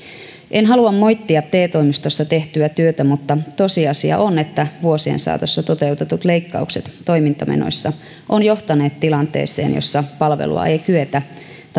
en halua moittia te toimistossa tehtyä työtä mutta tosiasia on että vuosien saatossa toteutetut leikkaukset toimintamenoissa ovat johtaneet tilanteeseen jossa palvelua ei kyetä